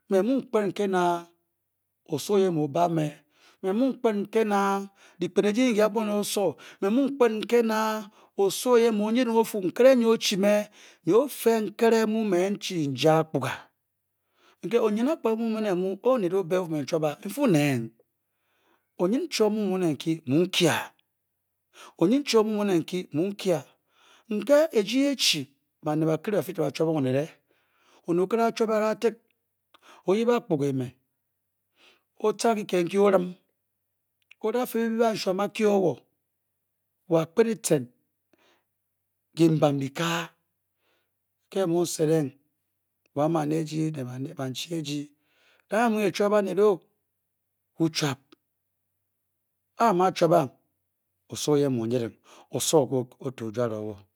Me mu n-kpen n ke na osowo oyen nke mu o-baa m me Me mu n-kpen n ke na dyi kpen eji ndyi ke abwo nyi osowo Me mu n-kpen n ke na osowo oyen mu o-nyit ng o-Fu nkere nyi o-chi nkere nyi o-chi me nyi o-Fe nkere mu me n-chi n-ja akpuga nke onyi akpuga mu ma ne mu ke onet o-be o-fu me nchwap â, nfi n-nen ng onyin-chwon mu mu ne nkyi n-kyi a nke ejii e-firi neen ee-chi banet bakiri bafi to ba chwoo ng banet onet okiri a a-chwoo a, o-yip akpuga o-san kyikit nkyi orim, o-dafe kyibi banshwam o-kye o wo wa a-kpet e-cen kiibam dyikan ke mu n-set ng bwan bane eji ne banchi eji da ng emung echwop banet o, ku chwop a amu a-chwop ng osowo oyen mu o-nyit ng osowo ke o-chi o-jware o wo